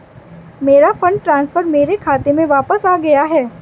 मेरा fund transfer मेरे खाते में वापस आ गया है